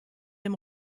dem